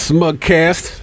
SmugCast